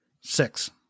Six